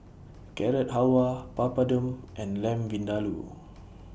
Carrot Halwa Papadum and Lamb Vindaloo